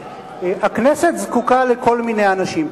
הכנסת זקוקה לכל מיני אנשים.